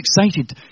excited